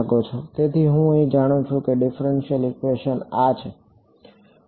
તેથી હું જાણું છું કે ડિફ્રેંશિયલ ઇક્વેશન આ છે